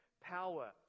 power